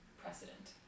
precedent